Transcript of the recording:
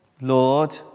Lord